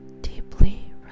Deeply